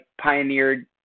pioneered